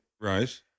Right